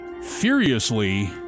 furiously